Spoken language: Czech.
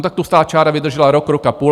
Tak tlustá čára vydržela rok, rok a půl.